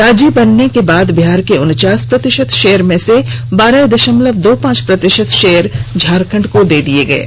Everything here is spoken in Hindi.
राज्य बनने के बाद बिहार के उनचास प्रतिशत शेयर में से बारह द ामलव दो पांच प्रतिशत शेयर झारखंड को दे दिया गया था